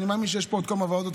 אני מאמין שיש פה עוד כמה ועדות,